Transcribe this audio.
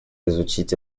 изучить